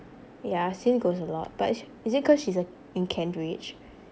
yeah cyn goes a lot but is is it cause she's a in kent ridge